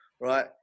right